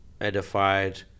edified